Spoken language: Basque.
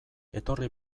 etorri